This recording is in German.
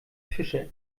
fischer